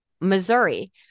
Missouri